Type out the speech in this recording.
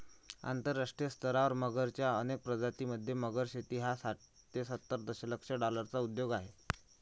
आंतरराष्ट्रीय स्तरावर मगरच्या अनेक प्रजातीं मध्ये, मगर शेती हा साठ ते सत्तर दशलक्ष डॉलर्सचा उद्योग आहे